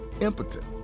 impotent